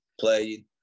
playing